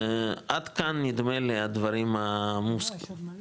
עד כאן, נדמה לי הדברים המוסכמים,